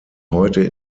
heute